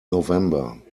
november